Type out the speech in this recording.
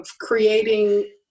creating